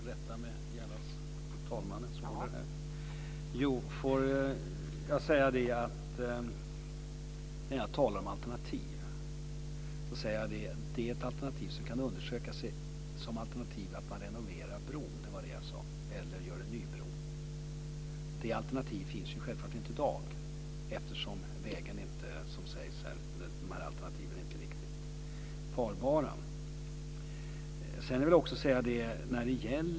Fru talman! Låt mig säga något om detta med alternativ. Jag sade att ett alternativ som kan undersökas är att man renoverar bron eller gör en ny bro. Det var vad jag sade. Det alternativet finns självfallet inte i dag, eftersom vägen som sägs här inte är farbar.